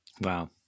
Wow